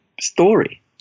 story